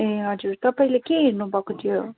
ए हजुर तपाईँले के हेर्नुभएको थियो